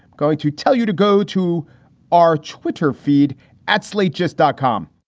going to tell you to go to our twitter feed at slate, just dot com